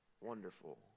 wonderful